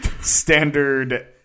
standard